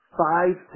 five